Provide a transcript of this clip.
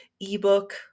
ebook